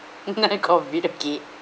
now COVID okay